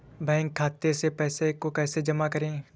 Bank खाते से पैसे को कैसे जमा करें?